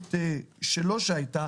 המדיניות שלו שהייתה,